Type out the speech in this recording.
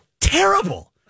Terrible